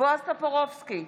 בועז טופורובסקי,